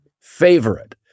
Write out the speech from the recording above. favorite